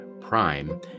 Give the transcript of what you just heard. prime